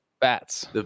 bats